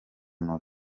mubi